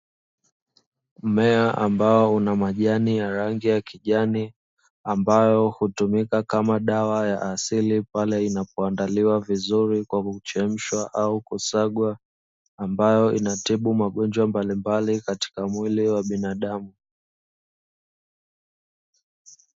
Mmea ambao una majani ya rangi ya kijani ambayo hutumika kama dawa ya asili pale inapoandaliwa vizuri kwa kuchemshwa au kusagwa, ambayo inatibu magonjwa mbalimbali katika mwili wa binadamu.